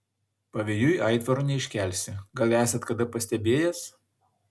pavėjui aitvaro neiškelsi gal esat kada pastebėjęs